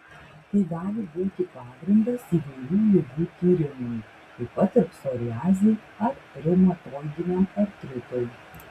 tai gali būti pagrindas įvairių ligų tyrimui taip pat ir psoriazei ar reumatoidiniam artritui